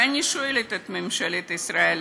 ואני שואלת את ממשלת ישראל: